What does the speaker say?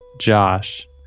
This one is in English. josh